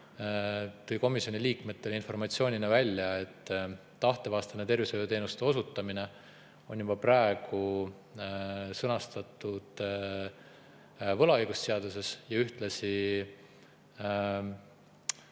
tõi komisjoni liikmetele välja informatsiooni, et tahtevastane tervishoiuteenuste osutamine on juba praegu sõnastatud võlaõigusseaduses ja ühtlasi